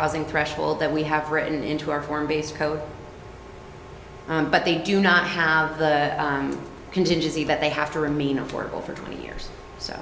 housing threshold that we have written into our form base code but they do not have the contingency that they have to remain affordable for twenty years so